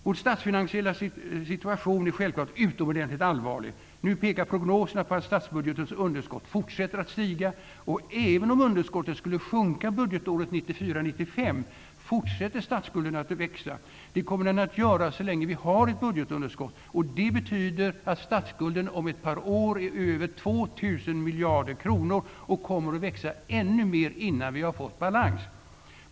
Vår statsfinansiella situation är självklart utomordentligt allvarlig. Nu pekar prognoserna på att statsbudgetens underskott fortsätter att stiga. Och även om budgetunderskottet skulle sjunka budgetåret l994/95, fortsätter statsskulden att växa. Det kommer den att göra så länge vi har ett budgetunderskott. Det betyder att statsskulden om ett par år är över 2 000 miljarder kronor och kommer att växa ännu mer innan vi har fått balans.